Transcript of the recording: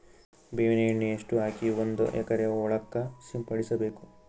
ಬೇವಿನ ಎಣ್ಣೆ ಎಷ್ಟು ಹಾಕಿ ಒಂದ ಎಕರೆಗೆ ಹೊಳಕ್ಕ ಸಿಂಪಡಸಬೇಕು?